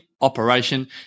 operation